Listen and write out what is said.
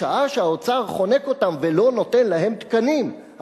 בשעה שהאוצר חונק אותם ולא נותן להם תקנים,